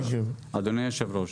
אדוני היושב ראש,